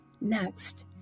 Next